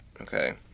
Okay